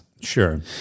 Sure